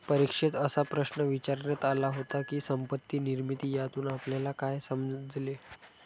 परीक्षेत असा प्रश्न विचारण्यात आला होता की, संपत्ती निर्मिती यातून आपल्याला काय समजले?